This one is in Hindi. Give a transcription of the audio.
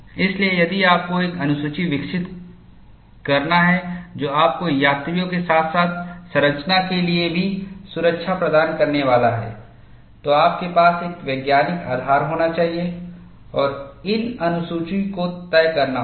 इसलिए यदि आपको एक अनुसूची विकसित करना है जो आपको यात्रियों के साथ साथ संरचना के लिए भी सुरक्षा प्रदान करने वाला है तो आपके पास एक वैज्ञानिक आधार होना चाहिए और इन अनुसूची को तय करना होगा